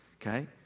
Okay